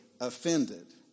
offended